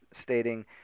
stating